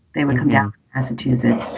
they would come down massachusetts.